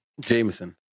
Jameson